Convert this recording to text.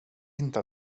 inte